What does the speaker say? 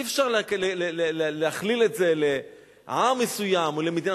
אי-אפשר להכליל את זה לעם מסוים או למדינה,